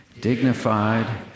dignified